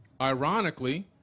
ironically